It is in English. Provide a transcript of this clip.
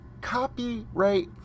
copyright